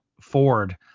Ford